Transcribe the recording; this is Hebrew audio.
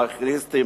אנרכיסטים,